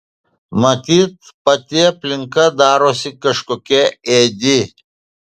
matyt pati aplinka darosi kažkokia ėdi